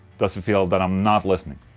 does it feel that i'm not listening?